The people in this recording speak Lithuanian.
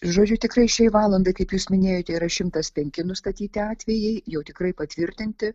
žodžiu tikrai šiai valandai kaip jūs minėjote yra šimtas penki nustatyti atvejai jau tikrai patvirtinti